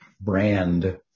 brand